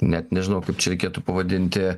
net nežinau kaip čia reikėtų pavadinti